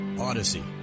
Odyssey